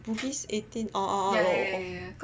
Bugis eighteen orh orh orh